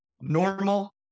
normal